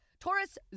Taurus